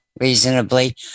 reasonably